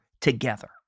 together